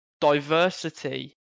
diversity